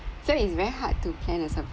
so it's very hard to plan a surprise